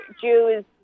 Jews